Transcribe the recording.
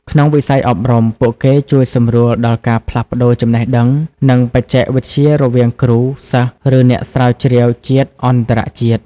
ក្នុងវិស័យអប់រំ ពួកគេជួយសម្រួលដល់ការផ្លាស់ប្តូរចំណេះដឹង និងបច្ចេកវិទ្យារវាងគ្រូ-សិស្ស ឬអ្នកស្រាវជ្រាវជាតិ-អន្តរជាតិ។